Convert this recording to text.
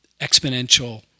exponential